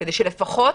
כדי שלפחות